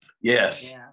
Yes